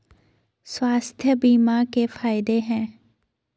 स्वास्थ्य बीमा के फायदे हैं?